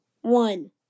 one